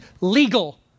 legal